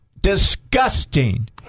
disgusting